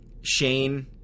Shane